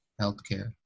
healthcare